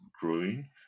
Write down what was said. Growing